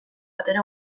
batere